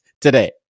today